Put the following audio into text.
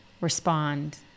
respond